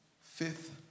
fifth